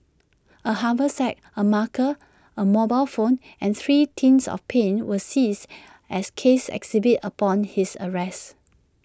A haversack A marker A mobile phone and three tins of paint were seized as case exhibits upon his arrest